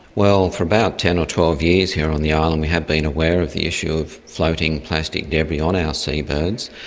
well, for about ten or twelve years here on the island we have been aware of the issue of floating plastic debris on our seabirds,